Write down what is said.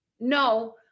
no